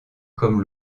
comme